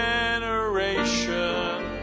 generation